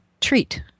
treat